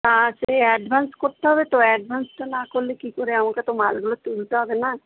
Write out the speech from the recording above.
আচ্ছা এই অ্যাডভান্স করতে হবে তো অ্যাডভান্সটা না করলে কী করে আমাকে তো মালগুলো তুলতে হবে না